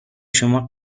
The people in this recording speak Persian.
شما